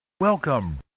Welcome